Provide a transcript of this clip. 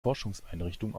forschungseinrichtung